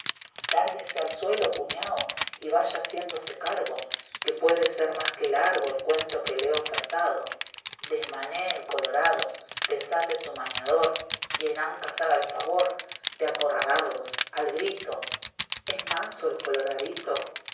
largúese al suelo cuñao y vaya haciéndose cargo que puede ser más que largo el cuento que le he ofertao desmanee el colorado desate su maniador y en ancas haga el favor de acollararlos al grito fausto es manso el coloradito